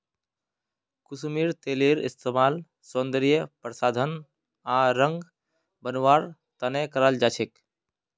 कुसुमेर तेलेर इस्तमाल सौंदर्य प्रसाधन आर रंग बनव्वार त न कराल जा छेक